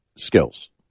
skills